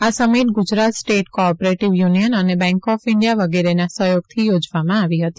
આ summit Gujarat state cooperative union અને bank of India વગેરેના સહયોગથી યોજવામાં આવી હતી